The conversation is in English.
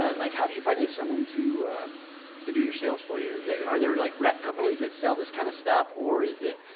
ah like how do you find someone to to do your sales for you there? are there like rep companies that sell this kind of stuff? or is it